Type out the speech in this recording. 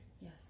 Yes